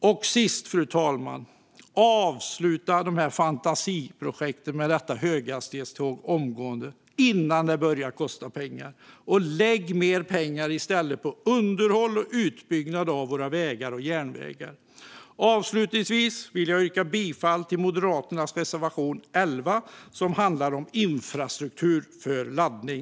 Till sist, fru talman, skulle jag önska att man omgående avslutar fantasiprojektet med höghastighetståg innan det börjar kosta pengar. Man borde i stället lägga mer pengar på underhåll och utbyggnad av våra vägar och järnvägar. Avslutningsvis vill jag yrka bifall till Moderaternas reservation 11 som handlar om infrastruktur för laddning.